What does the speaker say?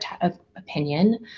opinion